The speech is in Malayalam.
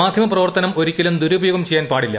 മാധ്യമപ്രവർത്തനം ഒരിക്കലും ദുരുപയോഗം ചെയ്യാൻ പാടില്ല